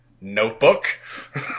Notebook